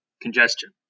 congestion